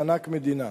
מענק מדינה.